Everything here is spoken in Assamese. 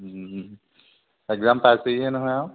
একজাম পাইছেহিয়ে নহয় আৰু